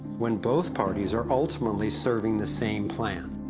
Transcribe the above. when both parties are ultimately serving the same plan.